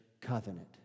covenant